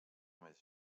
més